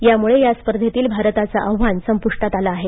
यामुळे या स्पर्धेतील भारताचं आव्हान संपुष्टांत आलं आहे